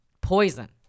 poison